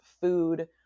food –